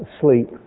sleep